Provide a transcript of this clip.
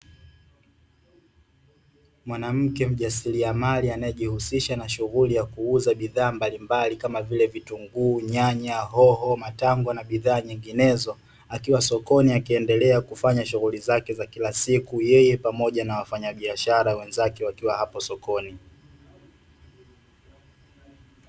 Mwanamke mjasiriamali anayejuhusisha na uuzaji wa bidhaa mbalimbali kama vile nyanya na bidhaa zinginezo akiwa yeye na wafanyabiashara wenzake akiwa apo sokoni